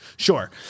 Sure